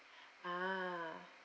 ah